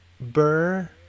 Burr